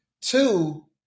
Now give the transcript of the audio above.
Two